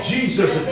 Jesus